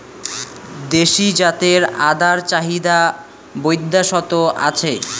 দেশী জাতের আদার চাহিদা বৈদ্যাশত আছে